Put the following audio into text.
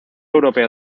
europeo